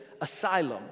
asylum